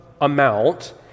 amount